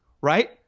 right